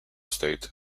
state